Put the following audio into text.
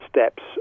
steps